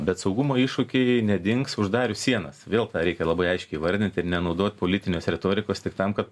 bet saugumo iššūkiai nedings uždarius sienas vėl reikia labai aiškiai įvardint ir nenaudot politinės retorikos tik tam kad